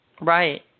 Right